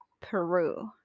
Peru